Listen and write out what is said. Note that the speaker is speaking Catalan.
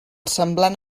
semblant